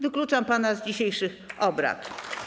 Wykluczam pana z dzisiejszych obrad.